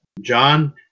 John